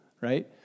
right